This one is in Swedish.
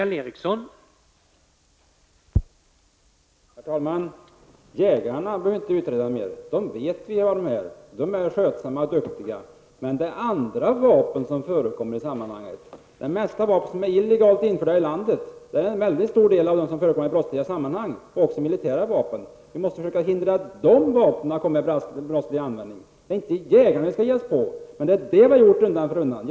Herr talman! Jägarna behöver vi inte utreda mer. Vi vet att de är skötsamma och duktiga. Men det är andra vapen som förekommer i sammanhanget. Det är en väldigt stor del av de vapen som är illegalt införda i landet som förekommer i brottsliga sammanhang. Det gör också militära vapen. Vi måste försöka att hindra att de vapnen kommer till brottslig användning. Det är inte jägarna vi skall ge oss på, men det är det vi har gjort undan för undan.